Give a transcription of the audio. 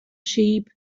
sheep